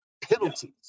Penalties